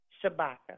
Shabaka